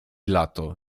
lato